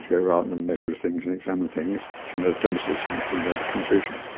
go out and and measure things and examine things. if you know the premises, you you know the conclusion.